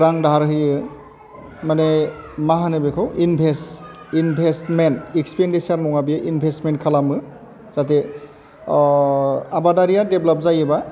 रां दाहार होयो मानि मा होनो बेखौ इनभेस्टमेन एक्सपेन्डिसार नङा बे इनभेस्टमेन खालामो जाहाथे आबादारिया देब्लाप जायोब्ला